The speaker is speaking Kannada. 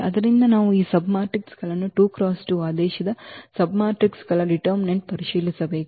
ಆದ್ದರಿಂದ ನಾವು ಈಗ ಸಬ್ಮ್ಯಾಟ್ರಿಕ್ಗಳನ್ನು 2 × 2 ಆದೇಶದ ಸಬ್ಮ್ಯಾಟ್ರಿಕ್ಗಳ ನಿರ್ಧಾರಕವನ್ನು ಪರಿಶೀಲಿಸಬೇಕು